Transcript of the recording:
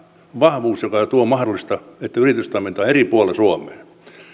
vahvuus joka mahdollistaa että yritystoimintaa on eri puolilla suomea